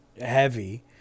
heavy